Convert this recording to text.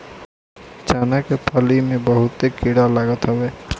चना के फली में बहुते कीड़ा लागत हवे